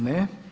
Ne.